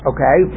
Okay